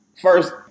First